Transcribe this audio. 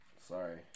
Sorry